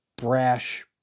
brash